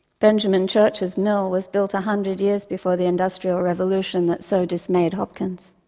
benjamin church's mill was built a hundred years before the industrial revolution that so dismayed hopkins.